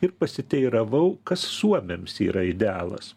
ir pasiteiravau kas suomiams yra idealas